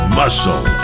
muscle